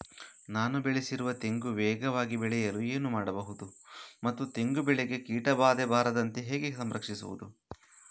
ನಾನು ಬೆಳೆಸಿರುವ ತೆಂಗು ವೇಗವಾಗಿ ಬೆಳೆಯಲು ಏನು ಮಾಡಬಹುದು ಮತ್ತು ತೆಂಗು ಬೆಳೆಗೆ ಕೀಟಬಾಧೆ ಬಾರದಂತೆ ಹೇಗೆ ಸಂರಕ್ಷಿಸುವುದು?